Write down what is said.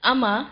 Ama